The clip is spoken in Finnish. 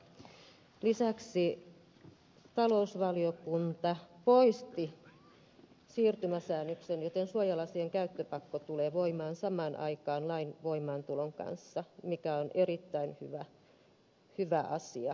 lisäksi talousvaliokunta poisti siirtymäsäännöksen joten suojalasien käyttöpakko tulee voimaan samaan aikaan lain voimaantulon kanssa mikä on erittäin hyvä asia